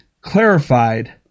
clarified